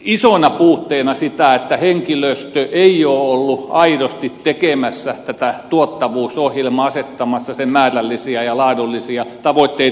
isona puutteena sitä että henkilöstö ei ole ollut aidosti tekemässä tätä tuottavuusohjelmaa asettamassa sen määrällisiä ja laadullisia tavoitteita